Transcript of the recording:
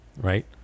right